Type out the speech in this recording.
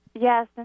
Yes